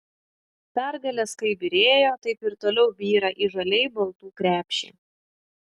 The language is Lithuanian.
pergalės kaip byrėjo taip ir toliau byra į žaliai baltų krepšį